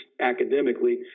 academically